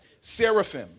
seraphim